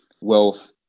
wealth